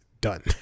Done